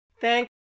Thank